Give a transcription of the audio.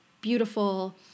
beautiful